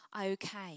Okay